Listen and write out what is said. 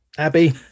Abby